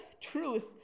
truth